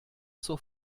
zur